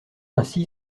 ainsi